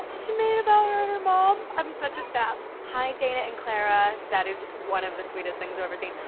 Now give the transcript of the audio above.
she made it about her and her mom. i'm such a sap. hi, dana and clara. that is one of the sweetest things i've ever seen.